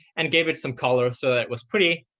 and gave it some color so that it was pretty.